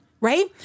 right